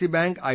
C bank I